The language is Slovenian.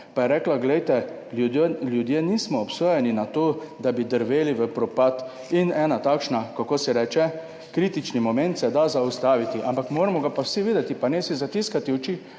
pa je rekla: "Glejte, ljudje nismo obsojeni na to, da bi drveli v propad." In en takšen, kako se reče, kritični moment se da zaustaviti, ampak moramo ga pa vsi videti, pa ne si zatiskati oči,